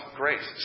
grace